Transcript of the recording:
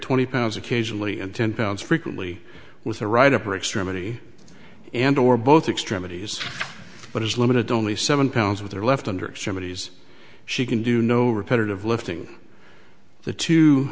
twenty pounds occasionally and ten pounds frequently with the right upper extremity and or both extremities but is limited only seven pounds with their left under extremities she can do no repetitive lifting the two